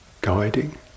guiding